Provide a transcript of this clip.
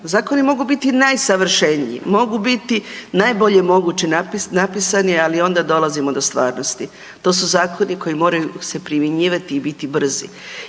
zakoni mogu biti najsavršeniji, mogu biti najbolje moguće napisani ali onda dolazimo do stvarnosti. To su zakoni koji moraju se primjenjivati i biti brzi.